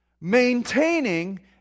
Maintaining